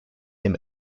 him